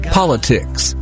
politics